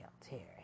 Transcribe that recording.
Terry